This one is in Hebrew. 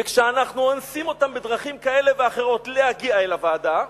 וכשאנחנו אונסים אותם בדרכים כאלה ואחרות להגיע אל הוועדה,